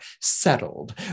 settled